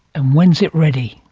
and when is it ready?